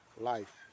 life